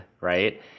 right